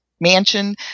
mansion